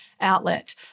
outlet